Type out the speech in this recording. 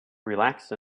relaxed